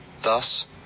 Thus